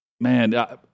Man